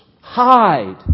Hide